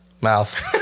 mouth